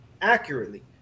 accurately